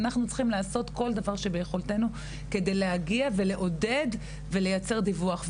אנחנו צריכים לעשות כל דבר שביכולתנו כדי להגיע ולעודד ולייצר דיווח.